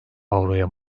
avroya